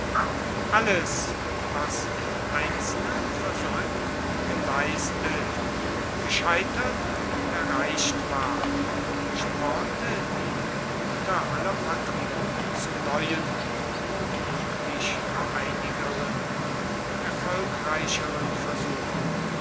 alles was im einzelnen versäumt und geleistet gescheitert und erreicht war spornte die gemüter aller patrioten zu neuen womöglich einigeren und erfolgreicheren versuchen